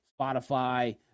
Spotify